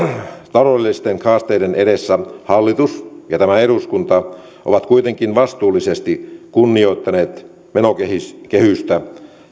taloudellisten haasteiden edessä hallitus ja tämä eduskunta ovat kuitenkin vastuullisesti kunnioittaneet menokehystä